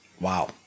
Wow